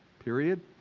period,